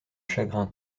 chagrin